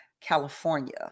California